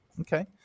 okay